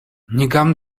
никам